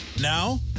Now